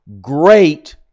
great